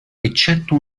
eccetto